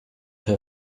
her